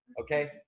Okay